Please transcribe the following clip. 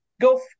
go